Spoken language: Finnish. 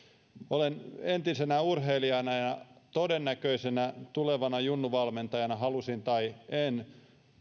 olen entisenä urheilijana ja todennäköisenä tulevana junnuvalmentajana halusin tai en